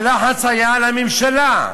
הלחץ היה על הממשלה.